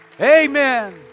Amen